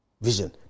Vision